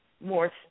more